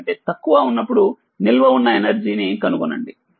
5కంటే తక్కువఉన్నప్పుడు నిల్వ ఉన్న ఎనర్జీనిశక్తి కనుగొనండి